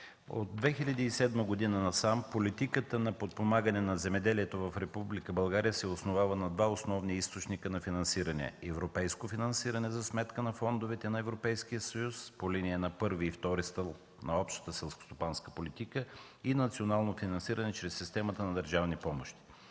От 2007 г. насам политиката на подпомагане на земеделието в Република България се основава на два основни източника на финансиране – европейско финансиране за сметка на фондовете на Европейския съюз, по линия на първи и втори стълб на Общата селскостопанска политика, и национално финансиране чрез системата на държавни помощи.